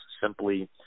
simply